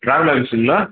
ட்ராவலர்ஸ்ஸுங்களா